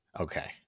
Okay